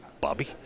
Bobby